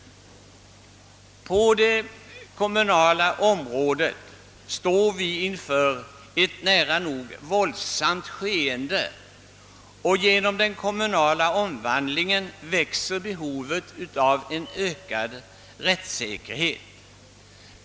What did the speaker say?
På det kommunala området står vi inför en nära nog våldsam utveckling. Genom den kommunala omvandlingen växer behovet av rättssäkerhet.